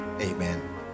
Amen